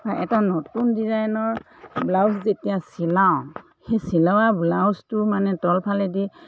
এটা নতুন ডিজাইনৰ ব্লাউজ যেতিয়া চিলাওঁ সেই চিলোৱা ব্লাউজটো মানে তলফালেদি